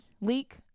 leak